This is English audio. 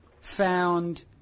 found